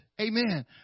Amen